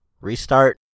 Restart